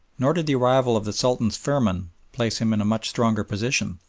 nor did the arrival of the sultan's firman place him in a much stronger position,